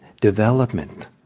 development